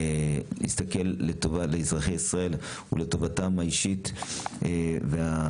להסתכל לטובת אזרחי ישראל ולטובתם האישית והכללית,